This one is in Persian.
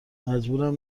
مجبورم